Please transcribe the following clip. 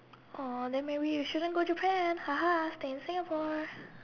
or then maybe you shouldn't go Japan hahah stay in Singapore